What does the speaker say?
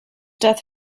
death